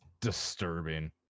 disturbing